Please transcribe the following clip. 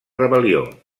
rebel·lió